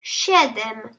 siedem